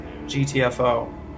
GTFO